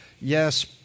yes